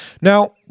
Now